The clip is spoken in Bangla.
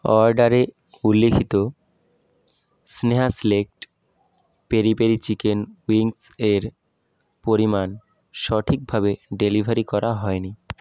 অর্ডারে উল্লিখিত স্নেহা সিলেক্ট পেরি পেরি চিকেন উইংসের পরিমাণ সঠিকভাবে ডেলিভারি করা হয় নি